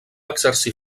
exercir